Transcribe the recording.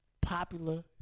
popular